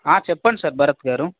చెప్పండి సార్ భరత్ గారు